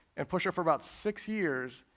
and push her for about six years,